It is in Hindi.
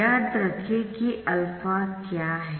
याद रखें कि α क्या है